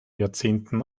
jahrzehnten